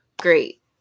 great